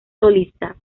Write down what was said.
solista